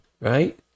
right